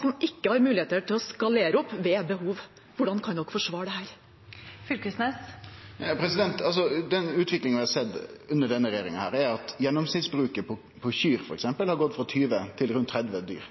som ikke har muligheter til å skalere opp ved behov. Hvordan kan SV forsvare dette? Den utviklinga vi har sett under denne regjeringa, er at gjennomsnittsbruket for f.eks. kyr har gått frå 20 til rundt 30 kyr.